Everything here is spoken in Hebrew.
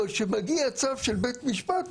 אבל כשמגיע צו של משפט,